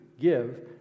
give